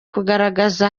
kugaragaza